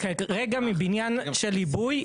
מבניין של עיבוי,